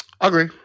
Agree